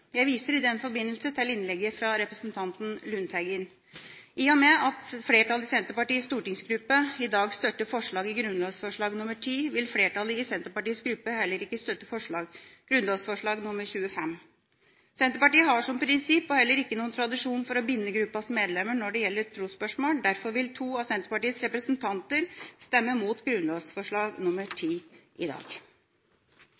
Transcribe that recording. Jeg viser i den forbindelse til innlegget fra representanten Lundteigen. I og med at flertallet i Senterpartiets stortingsgruppe i dag støtter grunnlovsforslag nr. 10, vil flertallet i Senterpartiets gruppe ikke støtte grunnlovsforslag nr. 25. Senterpartiet har som prinsipp og har også tradisjon for ikke å binde gruppas medlemmer når det gjelder trosspørsmål. Derfor vil to av Senterpartiets representanter stemme mot grunnlovsforslag